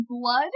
Blood